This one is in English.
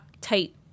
tight